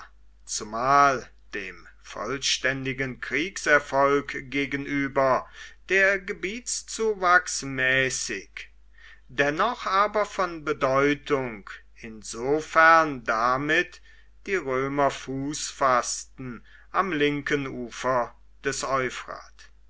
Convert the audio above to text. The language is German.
zumal dem vollständigen kriegserfolg gegenüber der gebietszuwachs mäßig dennoch aber von bedeutung insofern damit die römer fuß faßten am linken ufer des